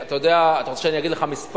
אתה יודע, אתה רוצה שאגיד לך מספר?